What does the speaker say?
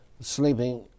sleeping